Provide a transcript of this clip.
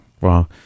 wow